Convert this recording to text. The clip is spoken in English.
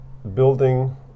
Building